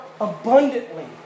abundantly